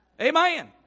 Amen